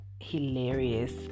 hilarious